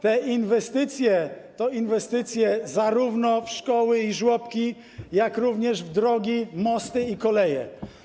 Te inwestycje to inwestycje zarówno w szkoły i żłobki, jak również w drogi, mosty i koleje.